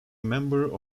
member